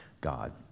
God